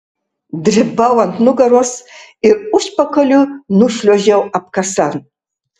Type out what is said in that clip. dribau ant nugaros ir užpakaliu nušliuožiau apkasan